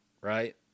right